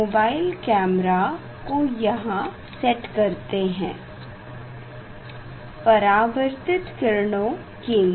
mobile camera को यहाँ set करते हैं परावर्तित किरणों के लिए